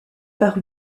par